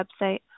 website